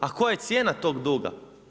A koja je cijena tog duga?